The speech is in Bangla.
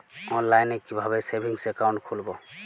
অনলাইনে কিভাবে সেভিংস অ্যাকাউন্ট খুলবো?